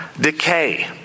decay